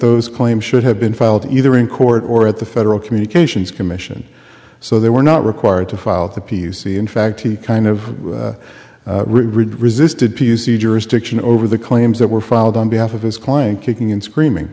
those claims should have been filed either in court or at the federal communications commission so they were not required to file the p u c in fact he kind of read resisted p u c jurisdiction over the claims that were filed on behalf of his client kicking and screaming